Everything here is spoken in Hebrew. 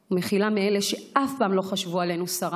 ומחילה מאלה שאף פעם לא חשבו עלינו סרה,